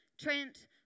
Trent